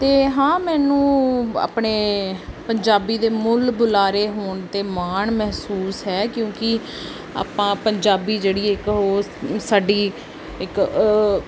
ਅਤੇ ਹਾਂ ਮੈਨੂੰ ਆਪਣੇ ਪੰਜਾਬੀ ਦੇ ਮੁੱਲ ਬੁਲਾਰੇ ਹੋਣ 'ਤੇ ਮਾਣ ਮਹਿਸੂਸ ਹੈ ਕਿਉਂਕਿ ਆਪਾਂ ਪੰਜਾਬੀ ਜਿਹੜੀ ਉਹ ਸਾਡੀ ਇੱਕ